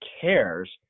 cares